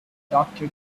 doctor